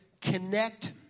Connect